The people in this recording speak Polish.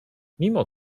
mimo